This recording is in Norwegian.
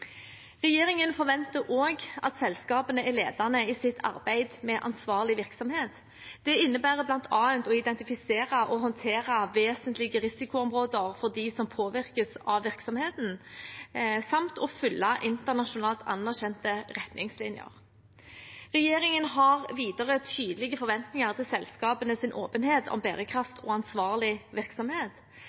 er ledende i sitt arbeid med ansvarlig virksomhet. Det innebærer bl.a. å identifisere og håndtere vesentlige risikoområder for dem som påvirkes av virksomheten, samt å følge internasjonalt anerkjente retningslinjer. Regjeringen har videre tydelige forventninger til selskapenes åpenhet om bærekraft og ansvarlig virksomhet.